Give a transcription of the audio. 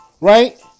right